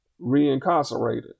reincarcerated